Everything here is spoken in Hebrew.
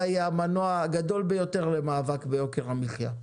יהיה המנוע הגדול ביותר למאבק ביוקר המחיה,